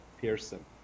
Pearson